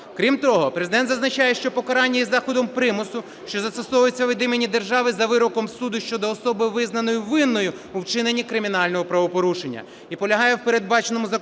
Крім того, Президент зазначає, що покарання із заходом примусу, що застосовується від імені держави за вироком суду щодо особи, визнаною винною у вчиненні кримінального правопорушення, і полягає в передбаченому законом